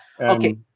okay